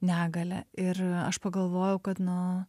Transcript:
negalią ir aš pagalvojau kad nu